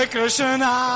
Krishna